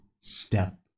step